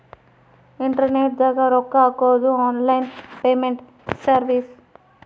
internet ದಾಗ ರೊಕ್ಕ ಹಾಕೊದು ಆನ್ಲೈನ್ ಪೇಮೆಂಟ್ ಸರ್ವಿಸ್